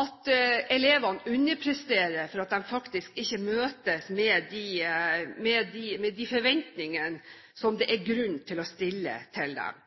at elevene underpresterer fordi de ikke møtes med de forventningene som det er grunn til å stille til dem.